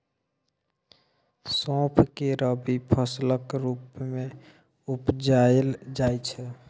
सौंफ केँ रबी फसलक रुप मे उपजाएल जाइ छै